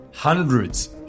Hundreds